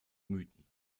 mythen